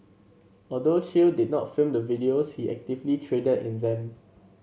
although Chew did not film the videos he actively traded in them